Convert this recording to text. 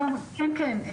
כן, כן.